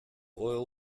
oil